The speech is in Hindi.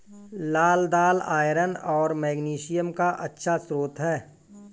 लाल दालआयरन और मैग्नीशियम का अच्छा स्रोत है